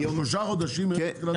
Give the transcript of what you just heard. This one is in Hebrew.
שלושה חודשים מרגע תחילת הבקשה?